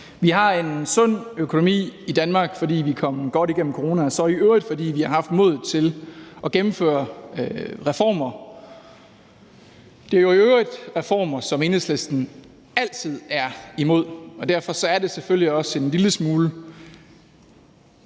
Vi har en sund økonomi i Danmark, fordi vi er kommet godt igennem corona, og så i øvrigt fordi vi har haft modet til at gennemføre reformer. Det er jo i øvrigt reformer, som Enhedslisten altid er imod, og derfor er det selvfølgelig også en lille smule